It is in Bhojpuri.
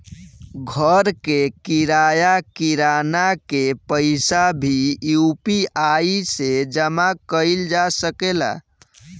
घर के किराया, किराना के पइसा भी यु.पी.आई से जामा कईल जा सकेला